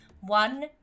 One